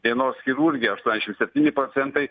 dienos chirurgija aštuoniasdešim septyni procentai